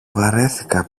βαρέθηκα